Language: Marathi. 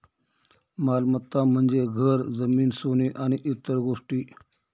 मालमत्ता म्हणजे घर, जमीन, सोने आणि इतर गोष्टी